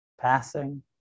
passing